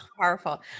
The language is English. powerful